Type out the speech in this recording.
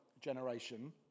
generation